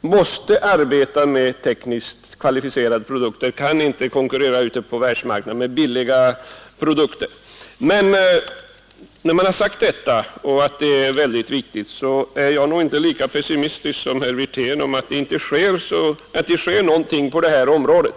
måste arbeta med tekniskt avancerade produkter och inte kan konkurrera på världsmarknaden med billiga produkter. Men jag är inte lika pessimistisk som herr Wirtén, som sedan menade att det inte sker någonting på detta område.